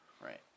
Right